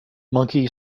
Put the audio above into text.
monkey